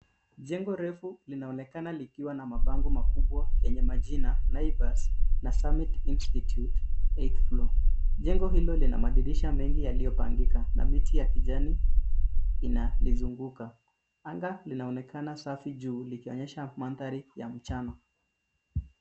Jengo refu linaonekana likiwa na mabango makubwa yenye majina Naivas na Summit Institute 8th Floor Jengo hilo lina madirisha mengi yaliyopangika na miti ya kijani inalizunguka. Anga linaonekana safi juu likionyesha madhari ya mchana.